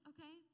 Okay